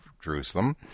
Jerusalem